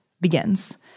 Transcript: begins